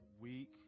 week